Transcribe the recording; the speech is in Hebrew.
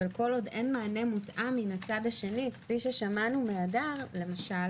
אבל כל עוד אין מענה מותאם מהצד השני כפי ששמענו מהדר למשל